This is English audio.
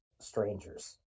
strangers